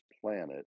planet